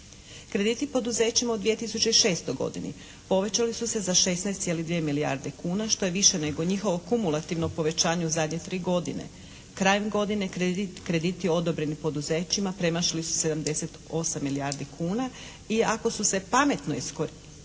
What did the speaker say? Krediti poduzećima u 2006. godini povećali su se za 16,2 milijarde kuna što je više nego njihovo kumulativno povećanje u zadnje tri godine. Krajem godine krediti odobreni poduzećima premašili su 78 milijardi kuna i ako su se pametno iskoristili